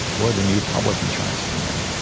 or the new public insurance plan.